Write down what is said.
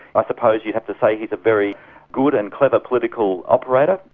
i suppose you'd have to say he's a very good and clever political operator.